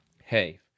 hey